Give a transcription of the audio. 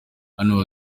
hano